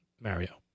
Mario